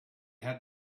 had